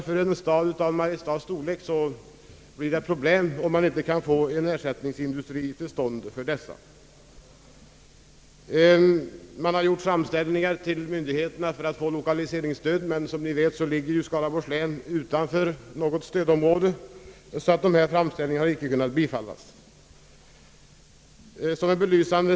För en stad av Mariestads storlek kommer det att vålla problem om man inte kan få en ersättningsindustri till stånd. Framställningar till myndigheterna för att få lokaliseringsstöd har gjorts, men som alla vet så ligger Skaraborgs län utanför de s.k. stödområdena och dessa framställningar har inte kunnat bifallas.